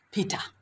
Peter